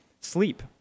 sleep